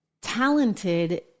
talented